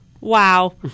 wow